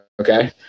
Okay